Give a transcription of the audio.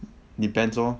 depends lor